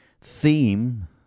theme